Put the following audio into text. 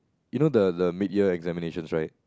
you know the the mid year examinations right